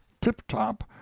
tip-top